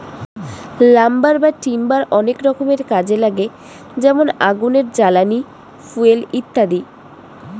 lumber বা timber অনেক রকমের কাজে লাগে যেমন আগুনের জ্বালানি, ফুয়েল ইত্যাদি